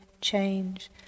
change